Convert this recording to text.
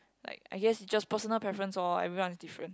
like I guessed it's just personal preference lor everyone is different